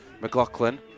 McLaughlin